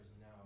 now